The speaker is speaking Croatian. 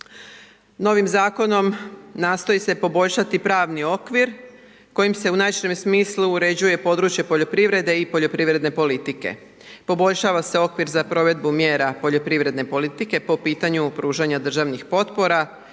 Novim zakonom nastoji se poboljšati pravni okvir kojim se u najširem smislu uređuje područje poljoprivrede i poljoprivredne politike. Poboljšava se okvir za provedbu mjera poljoprivredne politike po pitanju pružanju državnih potpora